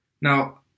Now